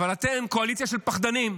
אבל אתם קואליציה של פחדנים,